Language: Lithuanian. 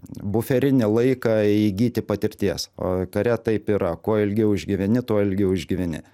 buferinį laiką įgyti patirties o kare taip yra kuo ilgiau išgyveni tuo ilgiau išgyveni